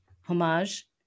homage